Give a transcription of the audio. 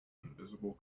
invisible